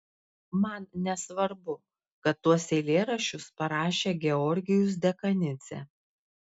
man nesvarbu kad tuos eilėraščius parašė georgijus dekanidzė